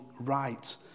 right